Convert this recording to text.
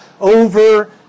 over